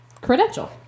credential